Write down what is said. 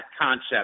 concept